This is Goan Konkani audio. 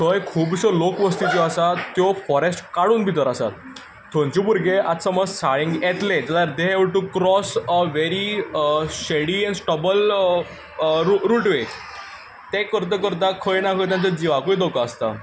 थंय खुबश्यो लोक वसती ज्यो आसा त्याो फोरस्ट काडून भितर आसात थंयचे भुरगे आतां समज शाळेंत येतले जाल्यार they have to cross a very shady and stubble route way ते करता करता खंय ना खंय तांचे जिवाकूय धोको आसता